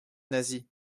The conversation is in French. nasie